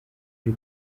iri